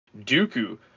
Dooku